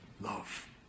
love